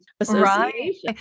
association